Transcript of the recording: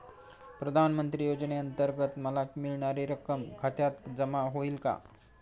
प्रधानमंत्री योजनेअंतर्गत मला मिळणारी रक्कम खात्यात जमा होईल का?